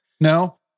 No